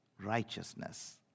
righteousness